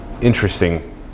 Interesting